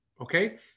okay